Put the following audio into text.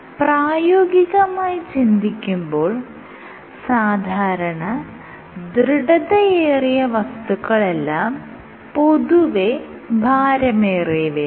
പ്രായോഗികമായി ചിന്തിക്കുമ്പോൾ സാധാരണ ദൃഢതയേറിയ വസ്തുക്കളെല്ലാം പൊതുവെ ഭാരമേറിയവയാണ്